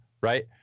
right